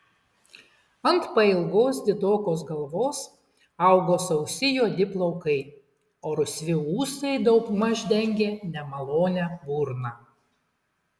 ant pailgos didokos galvos augo sausi juodi plaukai o rusvi ūsai daugmaž dengė nemalonią burną